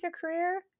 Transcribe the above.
career